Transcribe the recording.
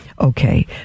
Okay